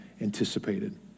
anticipated